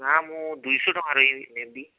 ନାଁ ମୁଁ ଦୁଇଶହ ଟଙ୍କାର ନେବି